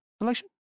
election